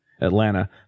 Atlanta